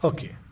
Okay